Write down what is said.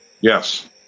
Yes